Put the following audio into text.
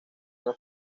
una